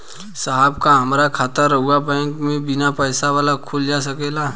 साहब का हमार खाता राऊर बैंक में बीना पैसा वाला खुल जा सकेला?